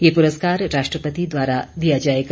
ये पुरस्कार राष्ट्रपति द्वारा दिया जाएगा